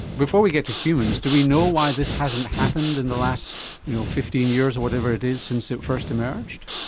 before we get to humans do we know why this hasn't happened in the last fifteen years of whatever it is since it first emerged?